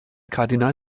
kardinal